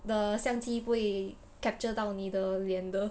the 相机不会 capture 到你的脸的